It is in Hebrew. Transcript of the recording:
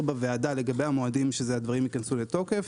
בוועדה לגבי המועדים שהדברים ייכנסו לתוקף.